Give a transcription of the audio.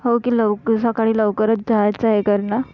हो की लवकर सकाळी लवकरच जायचं आहे घरनं